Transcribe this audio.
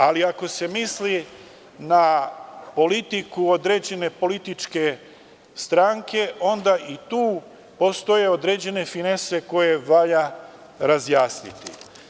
Ali, ako se misli na politiku određene političke stranke, onda i tu postoje određene finese koje valja razjasniti.